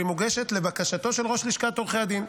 אבל הצעת החוק הזו מוגשת לבקשתו של ראש לשכת עורכי הדין,